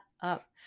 up